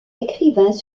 écrivains